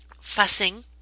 fussing